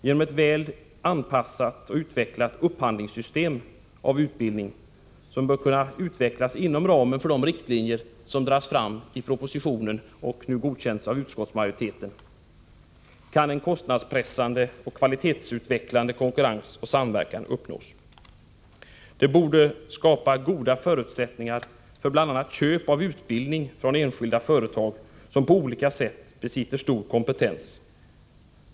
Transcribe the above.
Genom ett väl anpassat upphandlingssystem för utbildning, som bör kunna utvecklas inom ramen för de riktlinjer som dras upp i propositionen och som nu godkänns av utskottsmajoriteten, kan en kostnadspressande och kvalitetsutvecklande konkurrens och samverkan uppnås. Det borde skapa goda förutsättningar för bl.a. köp av utbildning från enskilda företag som på olika områden besitter stor kompetens.